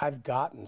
i've gotten